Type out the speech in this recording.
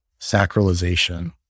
sacralization